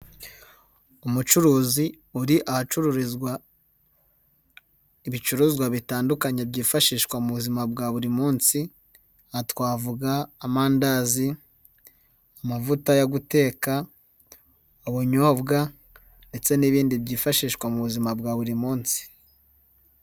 Umucuruzi uri ahacururizwa ibicuruzwa bitandukanye byifashishwa mu buzima bwa buri munsi, aha twavuga: amandazi, amavuta yo guteka, ubunyobwa ndetse n'ibindi byifashishwa mu buzima bwa buri munsi.